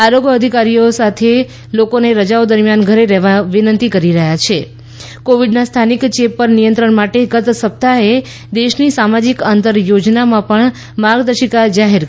આરોગ્ય અધિકારીઓ લોકોને રજાઓ દરમિયાન ઘરે રહેવા વિનંતી કરી રહ્યા છે કોવિડના સ્થાનિક ચેપ પર નિયંત્રણ માટે ગત સપ્તાહે દેશની સામાજિક અંતર યોજનામાં પણ માર્ગદર્શિકા જાહેર કરી છે